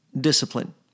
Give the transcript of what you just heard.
discipline